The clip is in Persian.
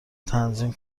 تنظیم